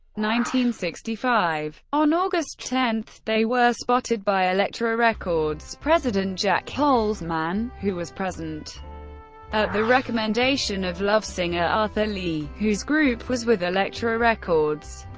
sixty five. on august ten, they were spotted by elektra records president jac holzman, who was present at the recommendation of love singer arthur lee, whose group was with elektra records.